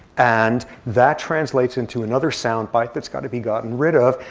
and that translates into another sound bite that's got to be gotten rid of.